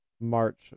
March